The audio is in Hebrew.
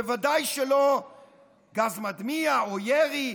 בוודאי שלא גז מדמיע או ירי.